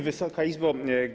Wysoka Izbo!